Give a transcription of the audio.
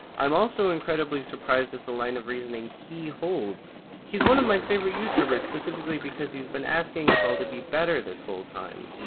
i'm also incredibly surprised it's a line of reasoning that he holds. he's one of my favorite youtubers specifically because he's been asking us all to be better this whole time.